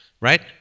right